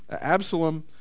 Absalom